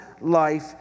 life